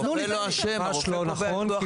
הרופא לא אשם, הרופא קובע את לוח הזמנים.